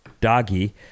doggy